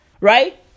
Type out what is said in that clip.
right